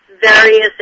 various